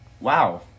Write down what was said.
Wow